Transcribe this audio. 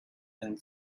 and